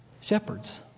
Shepherds